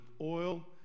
oil